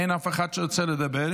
אין אף אחד שרוצה לדבר.